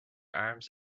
arms